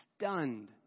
stunned